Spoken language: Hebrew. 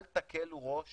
אל תקלו ראש